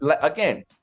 again